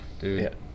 Dude